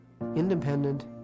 Independent